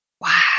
Wow